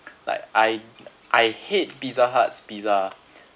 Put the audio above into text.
like I I hate pizza hut's pizza